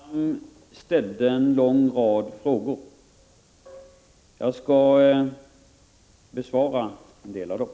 Herr talman! Lars Ernestam ställde en lång rad frågor. Jag skall besvara en del av dem.